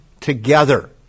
together